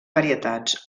varietats